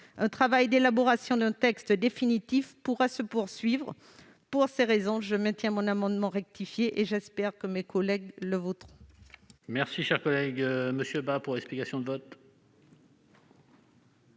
Un travail d'élaboration d'un texte définitif pourra se poursuivre. Pour ces raisons, je maintiens l'amendement n° 9 rectifié, et j'espère que mes collègues le voteront. La parole est à M. Philippe Bas, pour explication de vote.